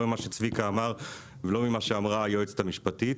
לא ממה שצביקה אמר ולא ממה שאמרה היועצת המשפטית,